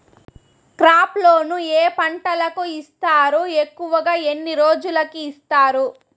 crop loan ఏ పంటలకు ఇస్తారు ఎక్కువగా ఎన్ని రోజులకి ఇస్తారు